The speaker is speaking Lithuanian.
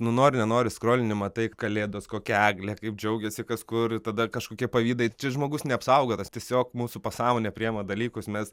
nu nori nenori skrolini matai kalėdos kokia eglė kaip džiaugėsi kas kur tada kažkokie pavydai čia žmogus neapsaugotas tiesiog mūsų pasąmonė priima dalykus mes